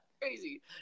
Crazy